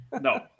No